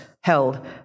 held